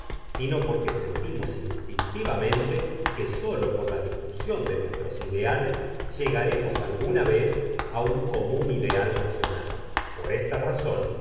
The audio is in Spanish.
sino porque sentimos instintivamente que sólo por la discusión de nuestros ideales llegaremos alguna vez a un común ideal nacional por esta razón